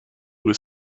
was